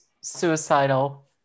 suicidal